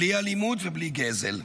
בלי אלימות ובלי גזל.